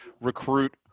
recruit